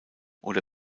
oder